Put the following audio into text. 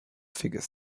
figures